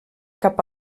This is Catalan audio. cap